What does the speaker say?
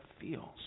feels